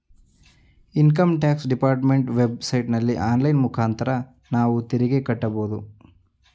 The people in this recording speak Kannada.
ಇನ್ಕಮ್ ಟ್ಯಾಕ್ಸ್ ಡಿಪಾರ್ಟ್ಮೆಂಟ್ ವೆಬ್ ಸೈಟಲ್ಲಿ ಆನ್ಲೈನ್ ಮುಖಾಂತರ ನಾವು ತೆರಿಗೆ ಕಟ್ಟಬೋದು